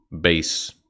base